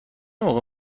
موقع